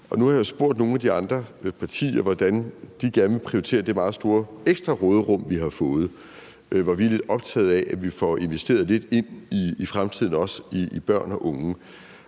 Nu har jeg jo spurgt nogle af de andre partier, hvordan de gerne vil prioritere det meget store ekstra råderum, vi har fået, og hvor vi er optaget af, at vi også får investeret lidt ind i fremtiden i børn og unge.